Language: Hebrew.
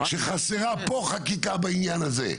שחסרה פה חקיקה בעניין הזה.